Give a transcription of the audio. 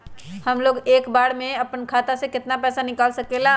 हमलोग एक बार में अपना खाता से केतना पैसा निकाल सकेला?